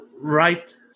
right